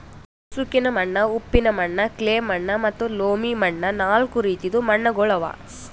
ಉಸುಕಿನ ಮಣ್ಣ, ಉಪ್ಪಿನ ಮಣ್ಣ, ಕ್ಲೇ ಮಣ್ಣ ಮತ್ತ ಲೋಮಿ ಮಣ್ಣ ನಾಲ್ಕು ರೀತಿದು ಮಣ್ಣುಗೊಳ್ ಅವಾ